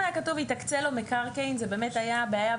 תודה רבה.